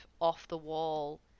off-the-wall